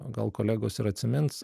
gal kolegos ir atsimins